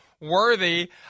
worthy